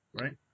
right